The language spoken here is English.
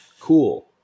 Cool